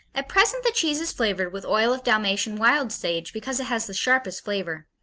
at present the cheese is flavored with oil of dalmatian wild sage because it has the sharpest flavor.